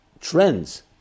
trends